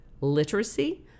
literacy